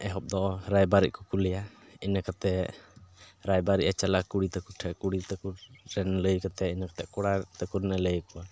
ᱮᱦᱚᱵ ᱫᱚ ᱨᱟᱭᱵᱟᱨᱤᱡ ᱠᱚ ᱠᱳᱞᱮᱭᱟ ᱤᱱᱟᱹ ᱠᱟᱛᱮᱫ ᱨᱟᱭᱵᱟᱨᱤᱡ ᱮ ᱪᱟᱞᱟᱜᱼᱟ ᱠᱩᱲᱤ ᱛᱟᱠᱚ ᱴᱷᱮᱱ ᱠᱩᱲᱤ ᱛᱟᱠᱚ ᱨᱮᱱ ᱞᱟᱹᱭ ᱠᱟᱛᱮᱫ ᱤᱱᱟᱹᱛᱮ ᱠᱚᱲᱟ ᱛᱟᱠᱚ ᱴᱷᱮᱱ ᱞᱟᱹᱭ ᱠᱟᱛᱮᱫ ᱤᱱᱟᱹᱛᱮ ᱠᱚᱲᱟᱨᱮᱱ ᱛᱟᱠᱚᱭ ᱞᱟᱹᱭ ᱠᱚᱣᱟ